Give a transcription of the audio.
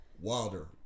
Wilder